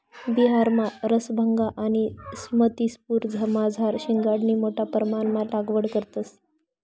बिहारमा रसभंगा आणि समस्तीपुरमझार शिंघाडानी मोठा परमाणमा लागवड करतंस